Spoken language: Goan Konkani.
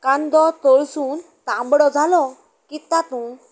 कांदो तळसून तांबडो जालो की तातूंत